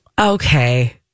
Okay